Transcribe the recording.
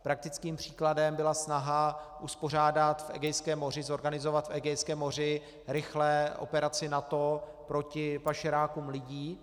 Praktickým příkladem byla snaha uspořádat v Egejském moři, zorganizovat v Egejském moři rychle operaci NATO proti pašerákům lidí.